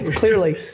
clearly!